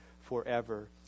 forever